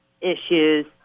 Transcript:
issues